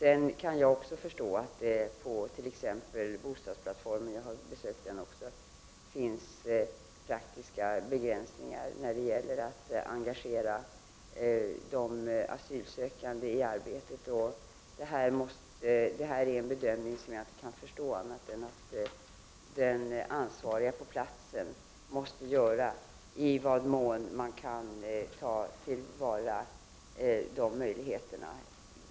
Men jag kan också förstå att det t.ex. på denna bostadsplattform — jag har själv besökt den — finns praktiska begränsningar när det gäller att engagera de asylsökande i arbetet. Såvitt jag har förstått måste den ansvarige på platsen bedöma i vad mån man kan ta till vara dessa möjligheter till arbete.